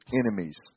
enemies